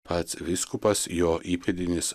pats vyskupas jo įpėdinis